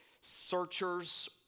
searchers